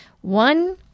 One